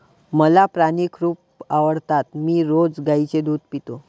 मला प्राणी खूप आवडतात मी रोज गाईचे दूध पितो